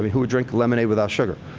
who would drink lemonade without sugar?